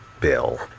bill